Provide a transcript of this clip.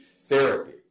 therapy